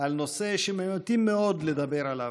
על נושא שממעטים מאוד לדבר עליו.